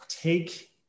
Take